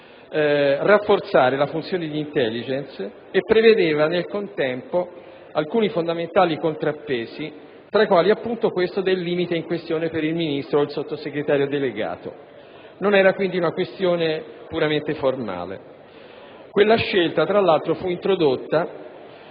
rafforzare la funzione di *intelligence* e prevedeva, nel contempo, alcuni fondamentali contrappesi, tra i quali - appunto - un limite per il Ministro o il Sottosegretario delegato. Non si trattava quindi di una questione puramente formale. Quella scelta, tra l'altro, fu compiuta